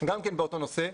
גם כן באותו נושא.